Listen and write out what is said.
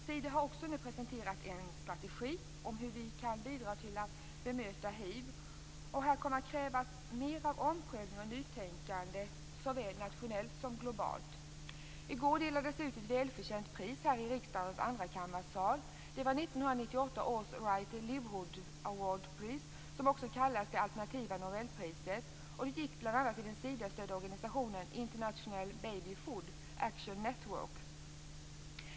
Sida har också nu presenterat en strategi om hur vi kan bidra till att bemöta hiv. Här kommer att krävas mer av omprövning och nytänkande såväl nationellt som globalt. I går delades det ut ett välförtjänt pris i riksdagens andrakammarsal. Det var 1998 års Right Livelihood Award, som också kallas för det alternativa Nobelpriset. Priset gick bl.a. till den Sidastödda organisationen International Baby Food Action Network.